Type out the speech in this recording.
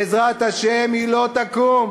בעזרת השם היא לא תקום.